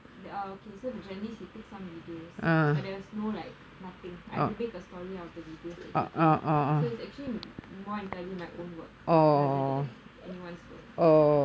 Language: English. the okay so the journalist he took some videos but there was no like nothing I have to make a story of the videos that he gave so it's actually more entirely my own work rather than anyone's work